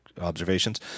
observations